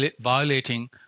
violating